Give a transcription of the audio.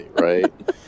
right